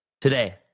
today